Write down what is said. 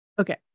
okay